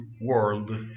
world